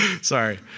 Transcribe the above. Sorry